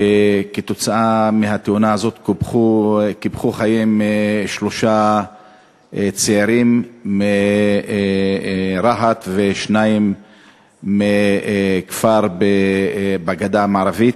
שקיפחו בה את חייהם שלושה צעירים מרהט ושניים מכפר בגדה המערבית.